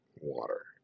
water